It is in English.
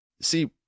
See